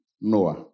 Noah